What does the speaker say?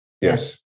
Yes